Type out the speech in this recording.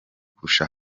kurusha